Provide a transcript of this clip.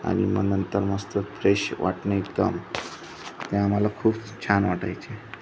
आणि मग नंतर मस्त फ्रेश वाटणे एकदम ते आम्हाला खूप छान वाटायचे